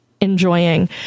enjoying